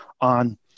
on